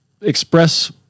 express